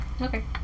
Okay